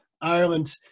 Ireland